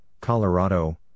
Colorado